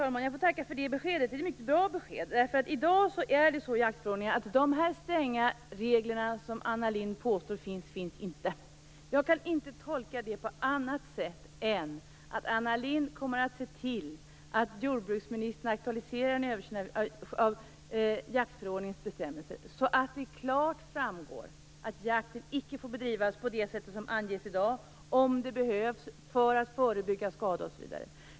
Herr talman! Jag tackar för det beskedet. Det är ett mycket bra besked. I dag är det nämligen så att de stränga regler som Anna Lindh påstår finns i jaktförordningen inte finns. Jag kan inte tolka det här beskedet på annat sätt än att Anna Lindh kommer att se till att jordbruksministern aktualiserar en översyn av jaktförordningens bestämmelser. De bör ändras så att det klart framgår att jakt icke får bedrivas på det sätt som anges i dag om det behövs, för att förebygga skada osv.